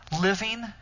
Living